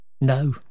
No